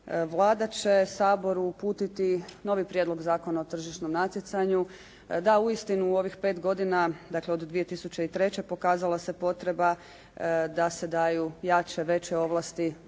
Vlada će Saboru uputiti novi prijedlog Zakona o tržišnom natjecanju da uistinu u ovih 5 godina, dakle od 2003. pokazala se potreba da se daju jače, veće ovlasti